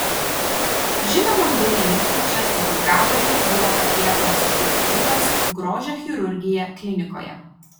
žinomam dainininkui česlovui gabaliui buvo atliekamos procedūros grožio chirurgija klinikoje